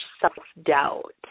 self-doubt